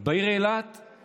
בעיר אילת יש